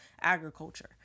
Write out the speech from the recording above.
agriculture